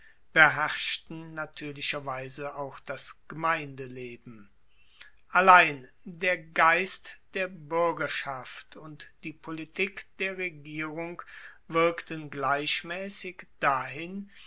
beherrschten natuerlicherweise auch das gemeindeleben allein der geist der buergerschaft und die politik der regierung wirkten gleichmaessig dahin